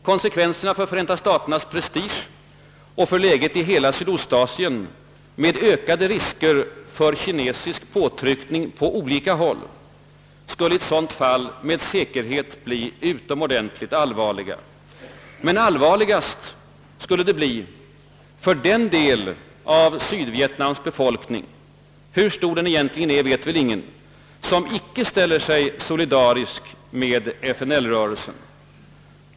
Konsekvenserna för Förenta staternas prestige och för läget i hela Sydostasien, med ökade risker för kinesisk påtryckning på olika håll, skulle i ett sådant fall med säkerhet bli utomordentligt allvarliga. Men allvarligast skulle det bli för den del av Sydvietnams befolkning — hur stor den egentligen är vet väl ingen — som icke ställer sig solidarisk med FNL-rörelsen.